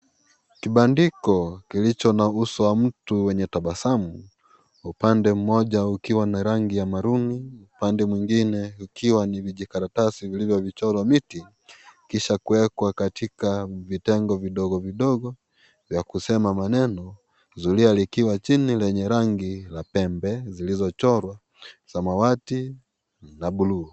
Kibandiko kilicho na uso wa mtu wenye tabasamu upande mmoja ukiwa ni rangi ya marooni upande mwingine ukiwa ni vijikaratasi vilivyo chorwa miti kisha kuekwa katika vitengo vidogo vidogo vya kusema maneno zulia likiwa chini lenye rangi la pembe zilizochorwa samawati na bluu.